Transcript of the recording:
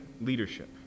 leadership